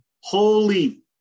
Holy